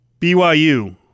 BYU